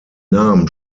nahm